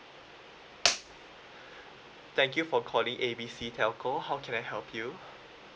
thank you for calling A B C telco how can I help you